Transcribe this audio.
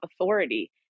authority